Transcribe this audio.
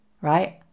Right